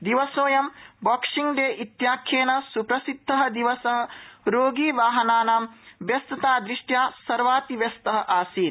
दिवसोऽयं Boxing Day इत्याख्येन सुप्रसिद्ध दिवस रोगीवाहनाना व्यस्ततादृष्ट्या सर्वातिव्यस्त आसीत्